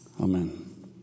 Amen